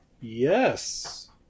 Yes